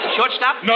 Shortstop